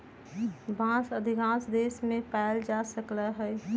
बांस अधिकांश देश मे पाएल जा सकलई ह